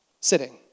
sitting